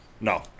No